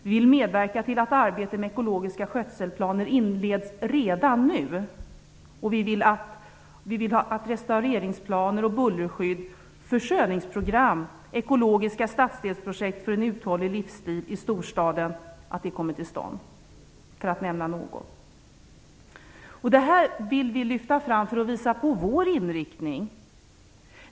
Vi vill medverka till att arbete med ekologiska skötselplaner inleds redan nu. Vi vill att restaureringsplaner, bullerskydd, försköningsprogram och ekologiska stadsdelsprojekt för en uthållig livsstil i storstaden kommer till stånd. Vi vill lyfta fram dessa punkter för att visa på vår inriktning.